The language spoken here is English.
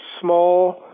small